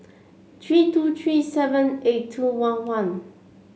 three two three seven eight two one one